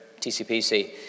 TCPC